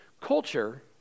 Culture